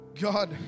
God